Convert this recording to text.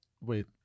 Wait